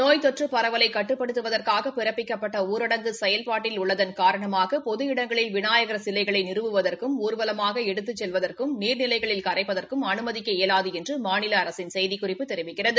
நோய் தொற்று பரவலை கட்டுப்படுத்துவதற்காக பிறப்பிக்கப்பட்ட ஊரடங்கு செயல்பாட்டில் உள்ளதன் காரணமாக பொது இடங்களில் விநாயகர் சிலைகளை நிறுவுவதற்கும் ஊர்வலமாக எடுத்துச் செல்வதற்கும் நீழ்நிலைகளில் கரைப்பதற்கும் அனுமதிக்க இயலாது என்று மாநில அரசின் செய்திக்குறிப்பு தெரிவிக்கிறது